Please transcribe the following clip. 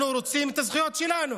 אנחנו רוצים את הזכויות שלנו,